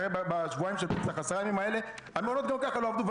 הרי בעשרה ימים-שבועיים של פסח המעונות גם ככה לא עבדו,